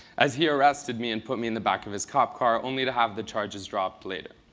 as he arrested me and put me in the back of his cop car, only to have the charges dropped later.